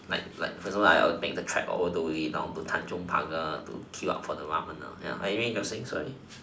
like like for example I would take the track all the way down to tanjong-pagar to queue up for the ramen ya anyway you were saying sorry